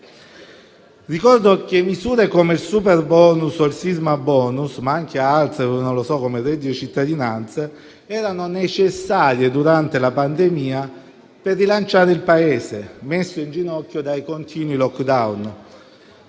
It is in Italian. Ricordo che misure come il superbonus o il sismabonus, ma anche altre come il reddito di cittadinanza, erano necessarie durante la pandemia per rilanciare il Paese, messo in ginocchio dai continui *lockdown.*